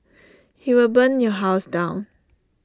he will burn your house down